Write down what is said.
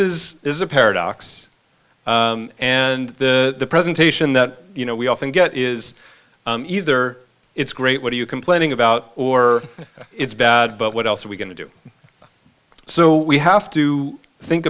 is is a paradox and the presentation that you know we often get is either it's great what are you complaining about or it's bad but what else are we going to do so we have to think